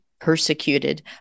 persecuted